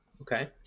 Okay